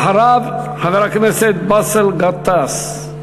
אחריו, חבר הכנסת באסל גטאס.